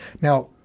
Now